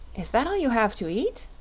is that all you have to eat?